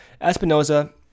Espinoza